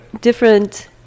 different